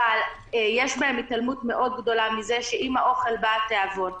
אבל יש בהם התעלמות מאוד גדולה מזה שעם האוכל בא התיאבון.